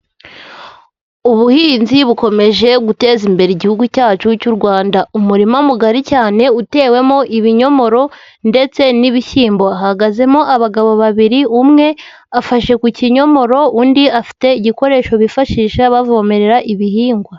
Ubuhinzi bukomeje guteza imbere igihugu cyacu cy'u Rwanda. Umurima mugari cyane utewemo ibinyomoro ndetse n'ibishyimbo, hahagazemo abagabo babiri, umwe afashe ku kinyomoro, undi afite igikoresho bifashisha bavomerera ibihingwa.